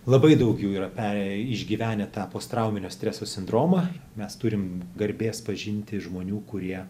labai daug jų yra perėję išgyvenę tą post trauminio streso sindromą mes turim garbės pažinti žmonių kurie